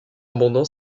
abondant